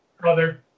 brother